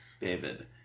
David